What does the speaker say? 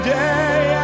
day